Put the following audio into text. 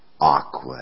awkward